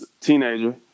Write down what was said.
teenager